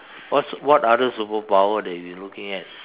what's what other superpower that you looking at